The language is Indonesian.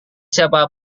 siapa